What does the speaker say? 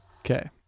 Okay